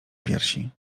piersi